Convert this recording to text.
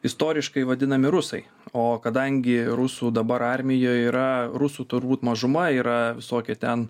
istoriškai vadinami rusai o kadangi rusų dabar armijoj yra rusų turbūt mažuma yra visokie ten